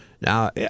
Now